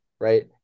right